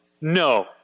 No